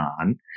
on